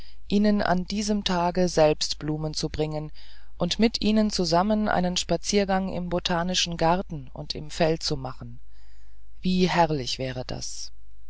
ihnen an diesem tage selbst blumen zu bringen und mit ihnen zusammen einen spaziergang im botanischen garten und im feld zu machen wie herrlich wäre das